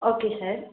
okay sir